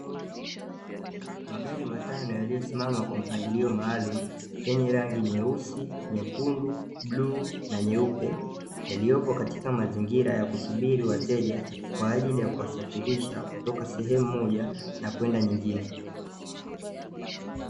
Magari matano yaliyosimama kwa mpangilio maalumu, yenye rangi nyeusi, nyekundu, bluu na nyeupe, yaliyopo katika mazingira ya kusubiri wateja kwa ajili ya kuwasafirisha kutoka sehemu moja na kwenda nyingine.